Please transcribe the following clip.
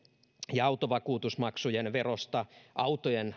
ja autovakuutusmaksujen verosta autojen